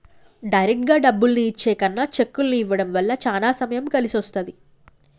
డైరెక్టుగా డబ్బుల్ని ఇచ్చే కన్నా చెక్కుల్ని ఇవ్వడం వల్ల చానా సమయం కలిసొస్తది